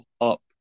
up